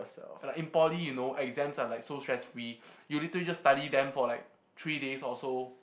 uh like in poly you know exams are like so stress free you literally just study them for like three days or so